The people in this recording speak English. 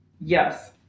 Yes